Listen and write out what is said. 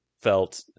felt